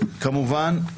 כמובן,